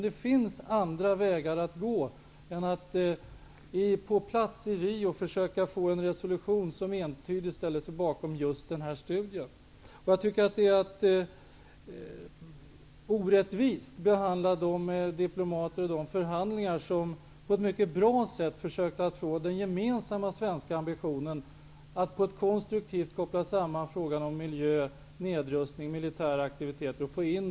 Det finns andra vägar att gå än att på plats i Rio försöka få till stånd en resolution som entydigt stöder just den här studien. Diplomater -- och det har man också gjort i olika förhandlingar -- har på ett mycket bra sätt försökt att så mycket som möjligt få med den gemensamma svenska ambitionen, att konstruktivt koppla samman frågor om miljö, nedrustning och militära aktiviteter, i Rioarbetet.